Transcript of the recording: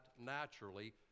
naturally